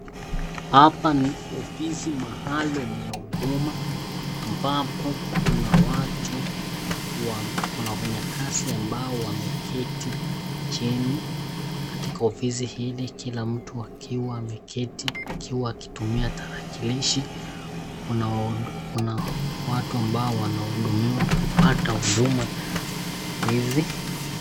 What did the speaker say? Hapa ni ofisi maalum ya huduma ambapo kuna wafanyikazi ambao wameketi chini. Katika ofisi hili kila mtu akiwa ameketi, akiawa akitumia kitarakilishi. Kuna watu ambao wanahudumiwa kupata huduma hizi.